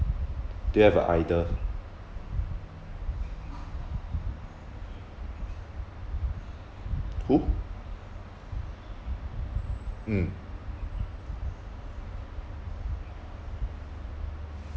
do you have a idol who mm